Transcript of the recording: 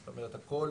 זאת אומרת הכל